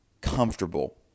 comfortable